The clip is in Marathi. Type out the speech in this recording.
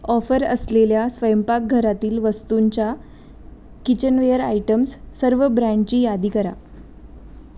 ऑफर असलेल्या स्वयंपाकघरातील वस्तूंच्या किचनवेअर आयटम्स सर्व ब्रँडची यादी करा